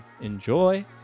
enjoy